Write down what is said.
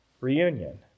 Reunion